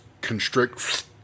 constrict